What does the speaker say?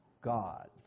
God